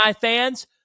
fans